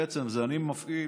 בעצם אני מפעיל,